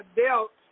dealt